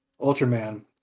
Ultraman